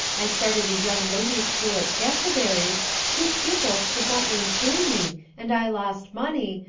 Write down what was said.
i started a young ladies' school at canterbury two pupils could not maintain me, and i lost money,